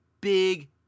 big